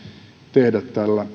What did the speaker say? tehdä